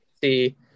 see